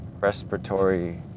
respiratory